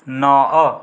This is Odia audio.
ନଅ